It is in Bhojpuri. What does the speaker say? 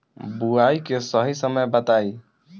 बुआई के सही समय बताई?